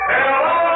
Hello